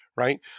right